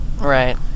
Right